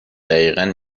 دقیقن